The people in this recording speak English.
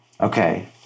Okay